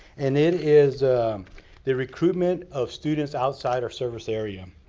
and it is the recruitment of students outside our service area.